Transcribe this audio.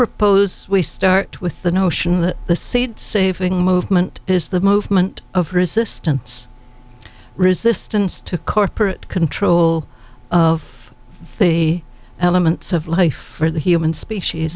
propose we start with the notion that the seed saving movement is the movement of resistance resistance to corporate control of the elements of life for the human species